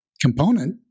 component